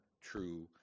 true